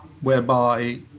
whereby